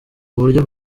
uburyo